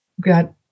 got